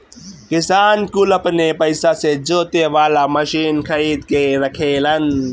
किसान कुल अपने पइसा से जोते वाला मशीन खरीद के रखेलन